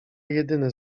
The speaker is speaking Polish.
jedyne